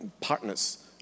partners